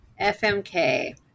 fmk